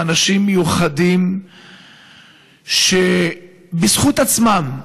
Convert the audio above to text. הם אנשים מיוחדים בזכות עצמם.